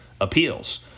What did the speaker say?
appeals